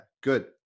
good